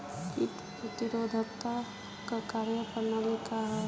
कीट प्रतिरोधकता क कार्य प्रणाली का ह?